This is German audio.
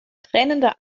tränende